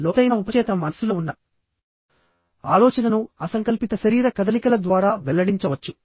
లోతైన ఉపచేతన మనస్సులో ఉన్న ఆలోచనను అసంకల్పిత శరీర కదలికల ద్వారా వెల్లడించవచ్చు